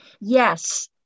Yes